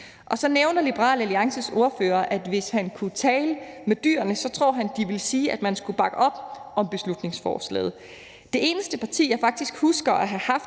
Så nævner Liberal Alliances ordfører, at hvis han kunne tale med dyrene, tror han, at de ville sige, at man skulle bakke op om beslutningsforslaget. Det eneste parti, jeg husker havde en